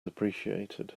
appreciated